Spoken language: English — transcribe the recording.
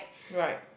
right